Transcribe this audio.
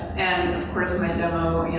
and of course my demo,